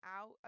out